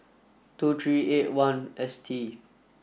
two three eight one S T